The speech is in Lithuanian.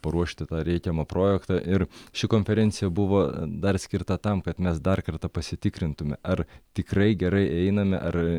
paruošti tą reikiamą projektą ir ši konferencija buvo dar skirta tam kad mes dar kartą pasitikrintume ar tikrai gerai einame ar